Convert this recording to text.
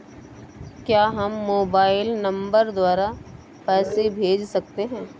क्या हम mobile number द्वारा पैसे भेज सकते हैं?